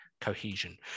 cohesion